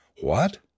What